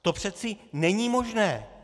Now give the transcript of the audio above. To přece není možné!